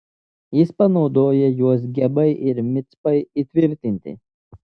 jis panaudojo juos gebai ir micpai įtvirtinti